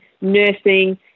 nursing